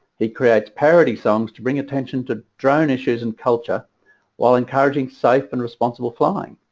he creates parody songs to bring attention to drone issues and culture while encouraging safe and responsible flying.